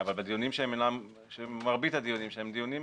אבל מרבית הדיונים,